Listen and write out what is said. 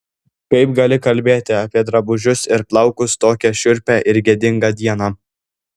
kaip gali kalbėti apie drabužius ir plaukus tokią šiurpią ir gėdingą dieną